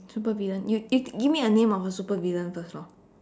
supervillain you you give me a name of a supervillain first lor